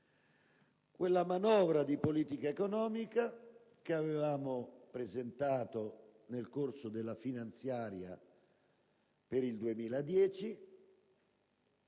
Quella manovra di politica economica che avevamo presentato nel corso della finanziaria per il 2010;